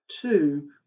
two